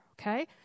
okay